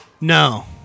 No